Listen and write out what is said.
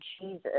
Jesus